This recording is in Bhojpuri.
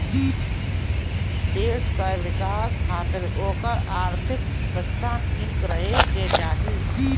देस कअ विकास खातिर ओकर आर्थिक व्यवस्था निक रहे के चाही